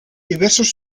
diversos